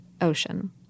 Ocean